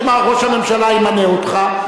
אם ראש הממשלה ימנה אותך,